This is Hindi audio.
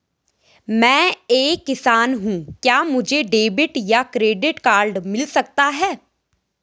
मैं एक किसान हूँ क्या मुझे डेबिट या क्रेडिट कार्ड मिल सकता है?